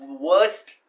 worst